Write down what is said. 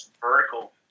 vertical